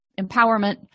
empowerment